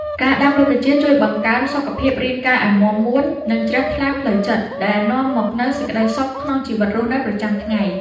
ការដាំរុក្ខជាតិជួយបង្កើនសុខភាពរាងកាយឱ្យមាំមួន និង ជ្រះថ្លាផ្លូវចិត្តដែលនាំមកនូវសេចក្តីសុខក្នុងជីវិតរស់នៅប្រចាំថ្ងៃ។